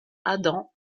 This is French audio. adams